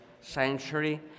century